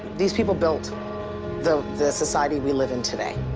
these people built the the society we live in today.